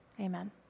Amen